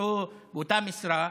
באותה משרה,